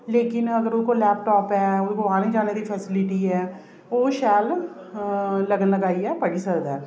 लेकिन अगर ओह्दे कोल लैपटाप ऐ ओह्दे कोल औने जाने दी फैसिलिटी ऐ ओह् शैल लगन लगाइयै पढ़ी सकदा ऐ